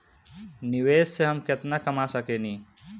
निवेश से हम केतना कमा सकेनी?